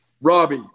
Robbie